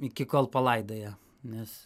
iki kol palaidoja nes